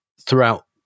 throughout